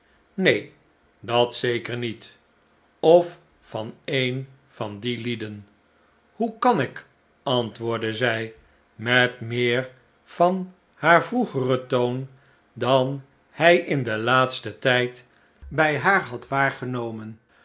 neen dat zeker niet of van een van die lieden hoe kan ik antwoordde zij met meer van haar vroegeren toon dan hij in den laatsten tijd bij haar had waargenomen